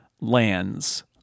lands